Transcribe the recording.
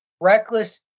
reckless